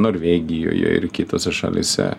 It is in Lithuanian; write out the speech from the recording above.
norvegijoje ir kitose šalyse